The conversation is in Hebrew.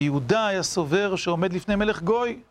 יהודה היה סובר שעומד לפני מלך גוי.